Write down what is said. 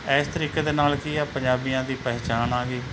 ਇਸ ਤਰੀਕੇ ਦੇ ਨਾਲ ਕੀ ਆ ਪੰਜਾਬੀਆਂ ਦੀ ਪਹਿਚਾਣ ਆ ਗਈ